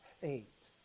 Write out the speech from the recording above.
fate